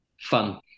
fun